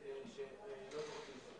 שלא זוכות לייצוג.